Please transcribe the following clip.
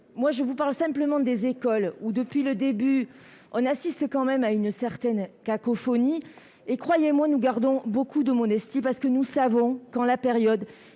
Je vous parle simplement des écoles, où depuis le début de la crise règne une certaine cacophonie. Croyez-moi, nous gardons beaucoup de modestie parce que nous savons que les choix